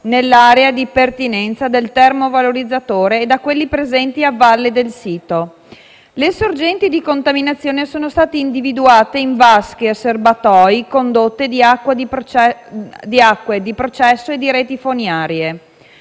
nell'area di pertinenza del termovalorizzatore e da quelli presenti a valle del sito. Le sorgenti di contaminazione sono state individuate in vasche e serbatoi, condotte di acque di processo e di reti fognarie.